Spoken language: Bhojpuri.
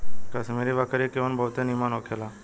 कश्मीरी बकरी के ऊन बहुत निमन होखेला